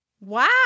wow